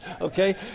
okay